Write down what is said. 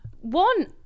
one